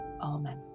Amen